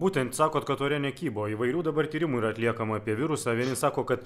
būtent sakot kad ore nekybo įvairių dabar tyrimų yra atliekama apie virusą vieni sako kad